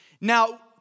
Now